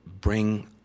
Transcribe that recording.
bring